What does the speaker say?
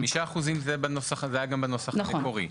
5% היו גם בנוסח המקורי.